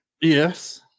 Yes